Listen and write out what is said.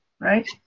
right